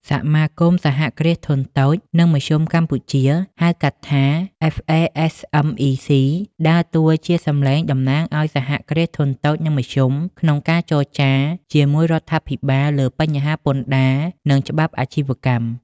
សមាគមសហគ្រាសធុនតូច និងមធ្យមកម្ពុជា (ហៅកាត់ថា FASMEC) ដើរតួជាសំឡេងតំណាងឱ្យ សហគ្រាសធុនតូច និងមធ្យម ក្នុងការចរចាជាមួយរដ្ឋាភិបាលលើបញ្ហា "ពន្ធដារ និងច្បាប់អាជីវកម្ម"។